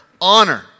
honor